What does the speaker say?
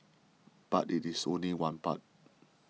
but it is only one part